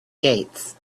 gates